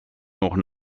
noch